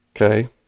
Okay